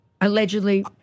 allegedly